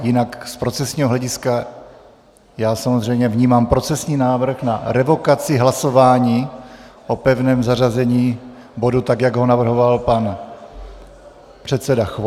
Jinak z procesního hlediska já samozřejmě vnímám procesní návrh na revokaci hlasování o pevném zařazení bodu, tak jak ho navrhoval pan předseda Chvojka.